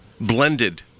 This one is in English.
blended